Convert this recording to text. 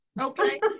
okay